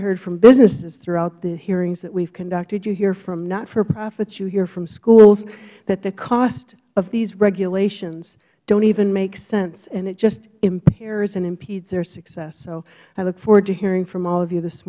heard from businesses throughout the hearings that we have conducted you hear from notforprofits you hear from schools that the costs of these regulations don't even make sense and it just impairs and impedes their success so i look forward to hearing from all of you this